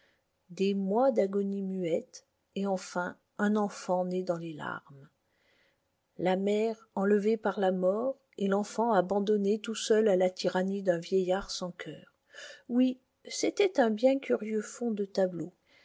des mois d'agonie muette et enfin un enfant né dans les larmes la mère enlevée par la mort et l'enfant abandonné tout seul à la tyrannie d'un vieillard sans cœur oui c'était un bien curieux fond de tableau